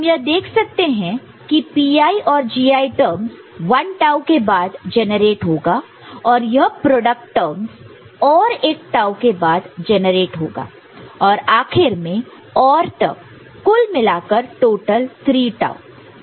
हम यह देख सकते हैं कि Pi और Gi टर्म्ज़ 1 टाऊ के बाद जनरेट होगा और यह प्रोडक्ट टर्म्ज़ और एक टाऊ के बाद जेनरेट होगा और आखिर में OR टर्म कुल मिलाकर टोटल 3 टाऊ